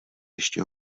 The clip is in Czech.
ještě